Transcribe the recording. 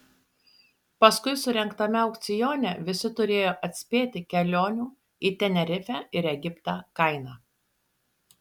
paskui surengtame aukcione visi turėjo atspėti kelionių į tenerifę ir egiptą kainą